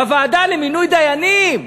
בוועדה למינוי דיינים,